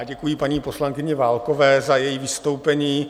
Děkuji paní poslankyni Válkové za její vystoupení.